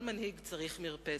כל מנהיג צריך מרפסת.